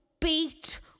beat